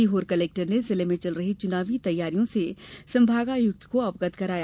Sehore collector ने जिले में चल रही चुनावी तैयारियों से संभागायुक्त को अवगत कराया